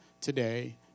today